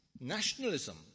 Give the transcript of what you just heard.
nationalism